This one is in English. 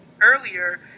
earlier